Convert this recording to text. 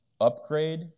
upgrade